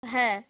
হ্যাঁ